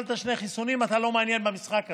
קיבלת שני חיסונים, אתה לא מעניין במשחק הזה.